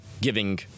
giving